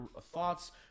thoughts